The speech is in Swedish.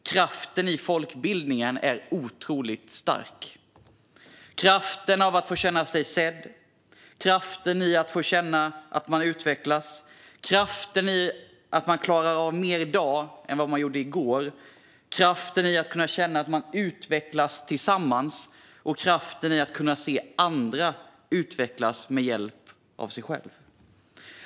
Kraften i folkbildningen är otroligt stark. Det är kraften i att få känna sig sedd. Det är kraften i att få känna att man utvecklas. Det är kraften i att man klarar av mer i dag än vad man gjorde i går. Det är kraften i att kunna känna att man utvecklas tillsammans. Det är kraften i att kunna se andra utvecklas med hjälp av en själv.